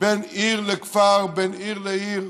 בין עיר לכפר, בין עיר לעיר.